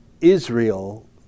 Israel